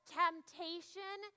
temptation